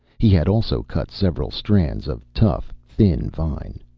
he had also cut several strands of tough, thin vine.